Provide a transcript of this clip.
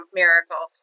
miracle